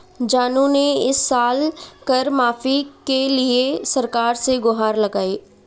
जानू ने इस साल कर माफी के लिए सरकार से गुहार लगाई